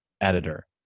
editor